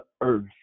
earth